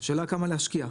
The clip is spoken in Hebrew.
השאלה כמה להשקיע,